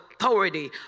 authority